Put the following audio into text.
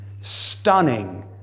stunning